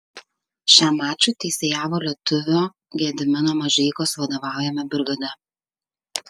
šiam mačui teisėjavo lietuvio gedimino mažeikos vadovaujama brigada